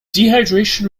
dehydration